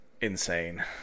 insane